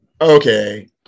okay